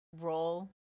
role